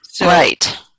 Right